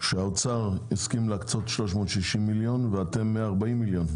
והוא הסכים להקצות 360 מיליון ואתם 140 מיליון.